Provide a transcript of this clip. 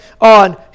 on